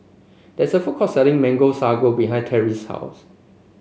there is a food court selling Mango Sago behind Terry's house